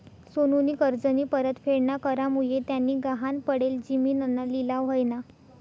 सोनूनी कर्जनी परतफेड ना करामुये त्यानी गहाण पडेल जिमीनना लिलाव व्हयना